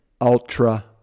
ultra